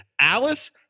Alice